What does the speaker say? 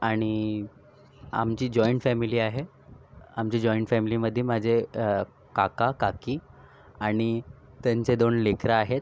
आणि आमची joint family आहे आमचे जॉईंट फॅमिलीमध्ये माझे काका काकी आणि त्यांचे दोन लेकरं आहेत